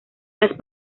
las